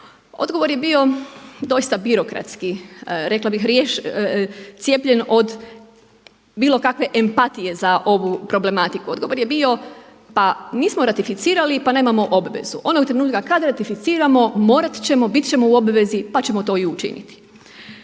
Odgovor je bio doista birokratski, rekla bi cijepljen od bilo kakve empatije za ovu problematiku. Odgovor je bio pa nismo ratificirali pa nemamo obvezu. Onog trenutka kad ratificiramo morat ćemo, bit ćemo u obvezi pa ćemo to i učiniti.